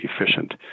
efficient